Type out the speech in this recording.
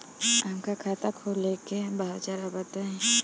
हमका खाता खोले के बा जरा बताई?